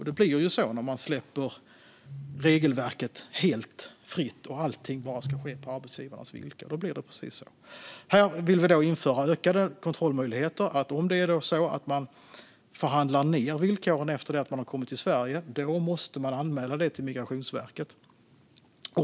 Det blir så när man släpper regelverket helt fritt och allt bara ska ske på arbetsgivarens villkor. Vi vill införa ökade kontrollmöjligheter. Om villkoren förhandlas ned efter det att man har kommit till Sverige måste detta anmälas till Migrationsverket.